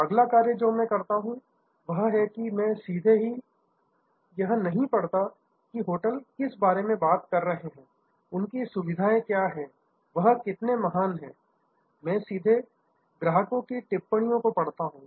अगला कार्य जो मैं करता हूं वह है कि मैं सीधे ही यह नहीं पढता की होटल किस बारे में बात कर रहे हैं उनकी सुविधाएं क्या है वह कितने महान हैं मैं सीधे अन्य ग्राहकों की टिप्पणियों को पढ़ता हूं